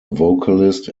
vocalist